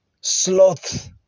Sloth